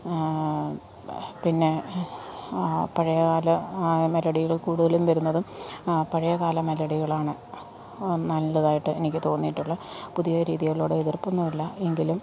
പിന്നെ പഴയകാല മെലഡികൾ കൂടുതലും വരുന്നതും പഴയകാല മെലഡികളാണ് നല്ലതായിട്ട് എനിക്ക് തോന്നിയിട്ടുള്ളത് പുതിയ രീതികളോട് എതിർപ്പൊന്നും ഇല്ല എങ്കിലും